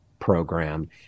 program